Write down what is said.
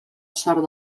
sort